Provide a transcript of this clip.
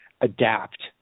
adapt